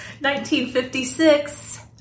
1956